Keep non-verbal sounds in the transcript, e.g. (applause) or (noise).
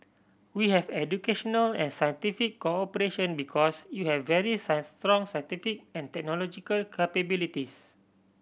we have educational and scientific cooperation because you have very (unintelligible) strong scientific and technological capabilities